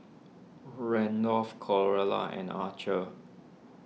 Randolph Carlotta and Archer